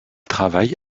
travaille